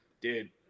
dude